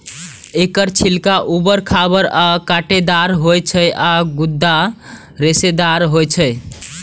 एकर छिलका उबर खाबड़ आ कांटेदार होइ छै आ गूदा रेशेदार होइ छै